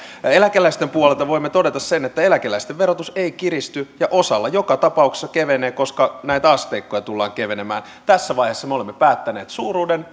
eläkeläisten puolelta voimme todeta sen että eläkeläisten verotus ei kiristy ja osalla joka tapauksessa kevenee koska näitä asteikkoja tullaan keventämään tässä vaiheessa me olemme päättäneet suuruuden